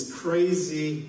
crazy